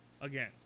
Again